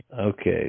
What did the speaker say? Okay